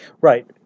Right